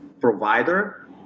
provider